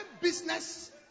business